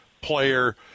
player